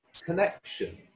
connection